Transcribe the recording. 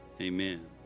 Amen